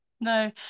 No